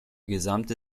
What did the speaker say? gesamte